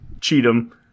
Cheatham